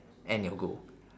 and your goal